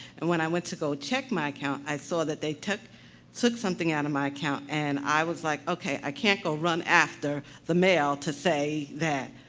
and when i went to go check my account, i saw that they took took something out of my account, and i was like, okay, i can't go run after the mail to say that,